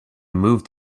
moved